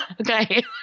Okay